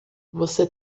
você